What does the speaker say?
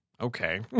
Okay